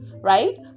right